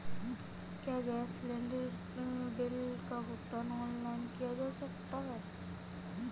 क्या gas cylinder bill का भुगतान ऑनलाइन किया जा सकता है?